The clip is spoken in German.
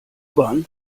bahn